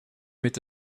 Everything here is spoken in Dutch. met